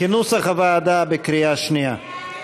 כנוסח הוועדה, בקריאה שנייה.